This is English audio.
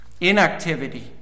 inactivity